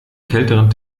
kälteren